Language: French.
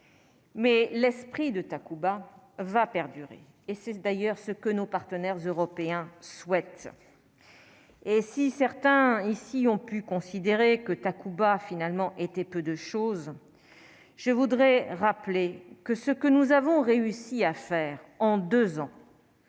mais l'esprit de Takuba va perdurer et c'est d'ailleurs ce que nos partenaires européens souhaitent et si certains ici ont pu considérer que Takuba finalement était peu de chose, je voudrais rappeler que ce que nous avons réussi à faire en 2 ans.